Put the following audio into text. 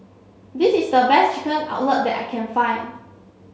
this is the best Chicken Cutlet that I can find